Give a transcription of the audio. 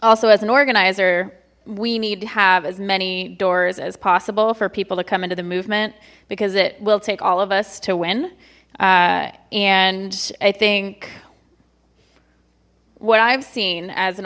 also as an organizer we need to have as many doors as possible for people to come into the movement because it will take all of us to win and i think what i've seen as an